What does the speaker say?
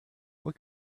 what